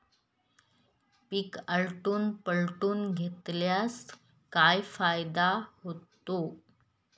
पीक आलटून पालटून घेतल्यास काय फायदा होतो?